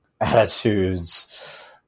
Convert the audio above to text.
attitudes